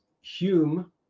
Hume